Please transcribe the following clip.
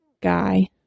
guy